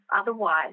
otherwise